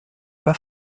pas